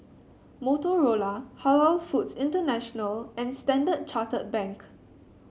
Motorola Halal Foods International and Standard Chartered Bank